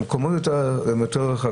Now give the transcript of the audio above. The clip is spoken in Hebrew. למקומות שהם יותר רחבים.